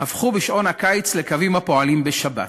הפכו בזמן שעון הקיץ לקווים הפועלים בשבת.